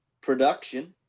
production